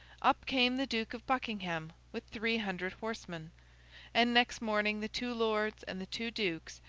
up came the duke of buckingham with three hundred horsemen and next morning the two lords and the two dukes,